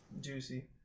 Juicy